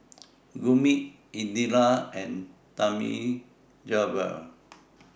Gurmeet Indira and Thamizhavel